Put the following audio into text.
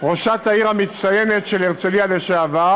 ראשת העיר המצטיינת של הרצליה לשעבר